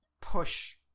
push